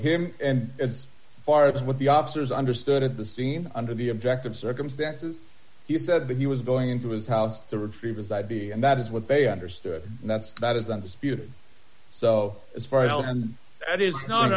him and as far as what the officers understood at the scene under the objective circumstances he said that he was going into his house to retrieve his id and that is what they understood and that's about as undisputed so as far as that is not